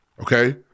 Okay